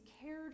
cared